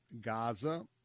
Gaza